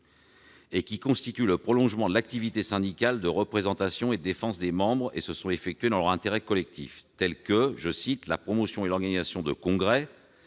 et qui constituent le prolongement de l'activité syndicale de représentation et de défense des membres et sont effectuées dans leur intérêt collectif ", telles que " la promotion et l'organisation de congrès,